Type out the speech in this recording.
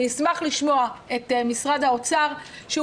אשמח לשמוע את משרד האוצר שהוא